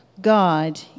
God